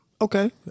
Okay